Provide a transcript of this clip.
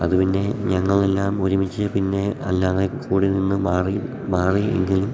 അതു പിന്നെ ഞങ്ങളെല്ലാം ഒരുമിച്ച് പിന്നെ അല്ലാതെ കൂടി നിന്ന് മാറി മാറി എങ്കിലും